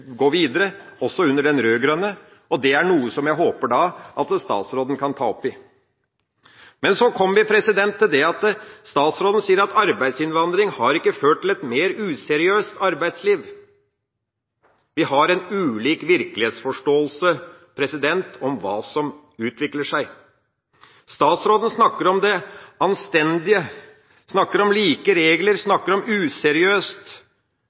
gå videre også under den rød-grønne regjeringen, og det er noe som jeg håper at statsråden kan ta tak i. Men så sier statsråden at arbeidsinnvandring ikke har ført til «et mer useriøst arbeidsliv». Vi har en ulik virkelighetsforståelse av hva som utvikler seg. Statsråden snakker om «anstendig», snakker om «like regler»,